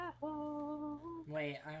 wait